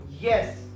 Yes